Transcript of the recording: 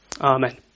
Amen